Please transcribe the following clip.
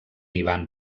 ivan